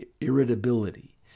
irritability